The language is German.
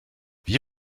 wie